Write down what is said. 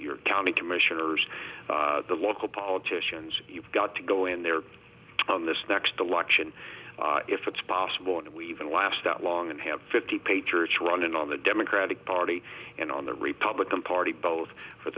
your county commissioners the local politicians you've got to go in there on this next election if it's possible and we even last that long and have fifty page or two running on the democratic party and on the republican party both for